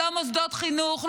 לא מוסדות חינוך,